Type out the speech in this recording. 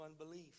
unbelief